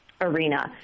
arena